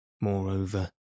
moreover